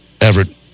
Everett